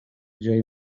جایی